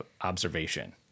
observation